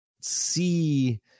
see